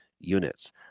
units